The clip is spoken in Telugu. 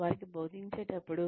వారికి బోధించేటప్పుడు